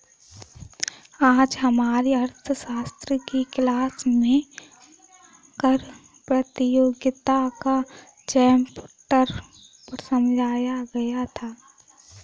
आज हमारी अर्थशास्त्र की क्लास में कर प्रतियोगिता का चैप्टर समझाया गया था